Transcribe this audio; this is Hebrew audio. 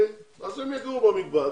הם יגורו במקבץ,